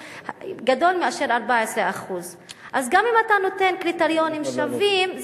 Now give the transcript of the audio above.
גדול מאשר 14%. אז גם אם אתה נותן קריטריונים שווים,